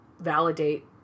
validate